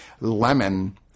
Lemon